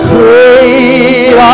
Great